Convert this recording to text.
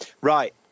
Right